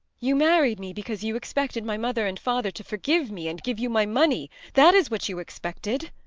you married me because you expected my mother and father to forgive me and give you my money that is what you expected.